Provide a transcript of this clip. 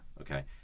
Okay